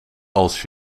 als